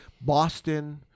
Boston